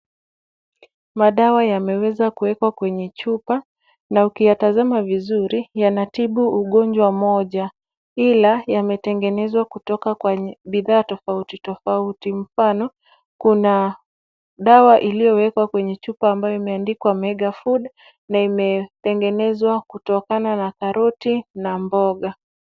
Madawa yameweza kuwekwa kwenye chupa na ukiyatazama vizuri, yanatibu ugonjwa moja, ila yametengenezwa kutoka kwa bidhaa tofauti tofauti. Mfano, kuna dawa iliyowekwa kwenye chupa ambayo imeandikwa Mega Food na imetengenezwa kutokana na karoti na mboga.